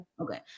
Okay